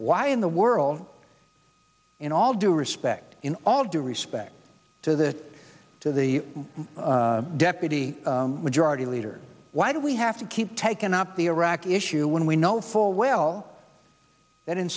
why in the world in all due respect in all due respect to the to the deputy majority leader why do we have to keep taking up the iraqi issue when we know full well that in